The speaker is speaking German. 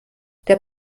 der